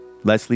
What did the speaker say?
Leslie